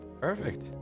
Perfect